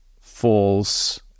falls